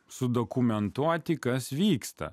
su dokumentuoti kas vyksta